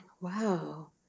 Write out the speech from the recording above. wow